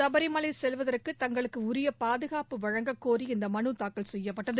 சபரிமலை செல்வதற்கு தங்களுக்கு உரிய பாதுகாப்பு வழங்கக்கோரி இந்த மனு தாக்கல் செய்யப்பட்டது